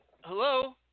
Hello